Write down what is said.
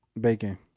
bacon